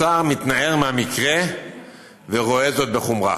השר מתנער מהמקרה ורואה זאת בחומרה,